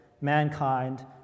mankind